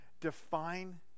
define